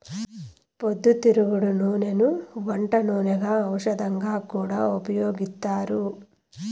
పొద్దుతిరుగుడు నూనెను వంట నూనెగా, ఔషధంగా కూడా ఉపయోగిత్తారు